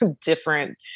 different